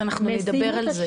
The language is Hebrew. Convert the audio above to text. אנחנו נדבר על זה.